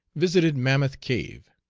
visited mammoth cave.